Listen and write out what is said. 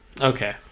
Okay